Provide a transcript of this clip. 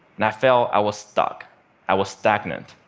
and i felt i was stuck i was stagnant.